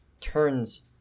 turns